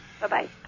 Bye-bye